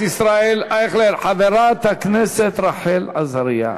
חברת הכנסת רחל עזריה.